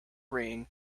ring